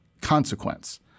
consequence